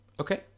okay